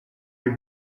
your